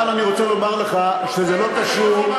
אבל אני רוצה לומר לך שזה לא קשור לסיירת.